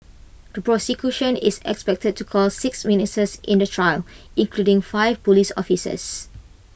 the prosecution is expected to call six witnesses in the trial including five Police officers